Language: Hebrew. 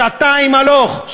שעתיים הלוך,